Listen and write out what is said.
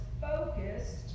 focused